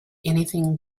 anything